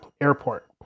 airport